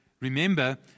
remember